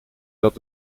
dat